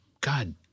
God